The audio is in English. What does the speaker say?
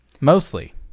Mostly